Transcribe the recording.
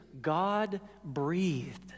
God-breathed